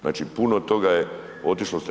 Znači puno toga je otišlo.